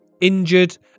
injured